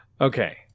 Okay